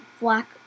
black